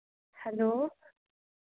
hello